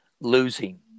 Losing